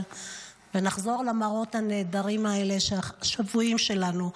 ונחזור למראות הנהדרים האלה שהשבויים שלנו,